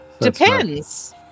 Depends